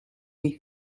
niet